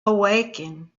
awaken